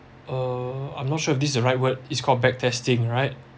uh I'm not sure if this the right word it's called back testing right